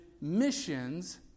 missions